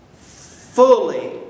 fully